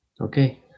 Okay